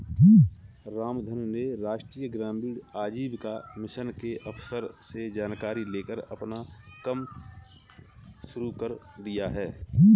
रामधन ने राष्ट्रीय ग्रामीण आजीविका मिशन के अफसर से जानकारी लेकर अपना कम शुरू कर दिया है